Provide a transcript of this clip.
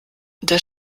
der